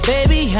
Baby